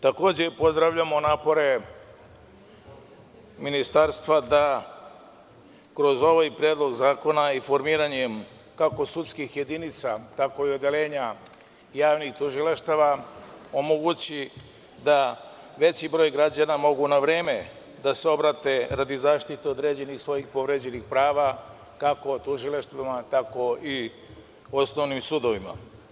Takođe, pozdravljamo napore Ministarstva da kroz ovaj predlog zakona i formiranjem, kako sudskih jedinica, tako i odeljenja javnih tužilaštava, omogući da veći broj građana može na vreme da se obrati radi zaštite određenih svojih povređenih prava, kako tužilaštvima, tako i osnovnim sudovima.